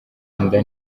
inda